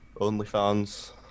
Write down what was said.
OnlyFans